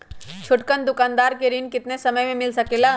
छोटकन दुकानदार के ऋण कितने समय मे मिल सकेला?